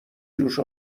جوش